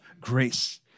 grace